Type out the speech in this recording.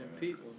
people